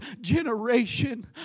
generation